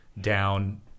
down